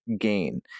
gain